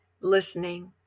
listening